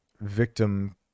victim